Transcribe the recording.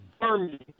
Army